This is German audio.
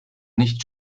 nicht